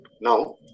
now